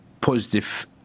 positive